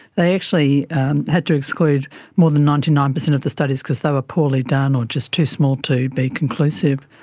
they actually had to exclude more than ninety nine percent of the studies because they were poorly done or just too small to be conclusive.